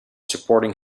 supporting